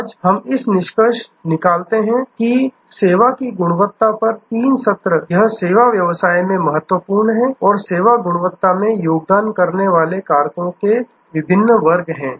आज हम इसलिए निष्कर्ष निकालते हैं कि सेवा की गुणवत्ता पर तीन सत्र यह सेवा व्यवसाय में महत्वपूर्ण है और सेवा गुणवत्ता में योगदान करने वाले कारकों के विभिन्न वर्ग हैं